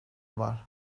var